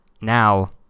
now